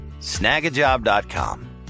Snagajob.com